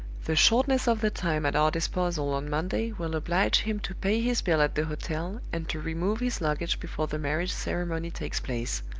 the shortness of the time at our disposal on monday will oblige him to pay his bill at the hotel and to remove his luggage before the marriage ceremony takes place.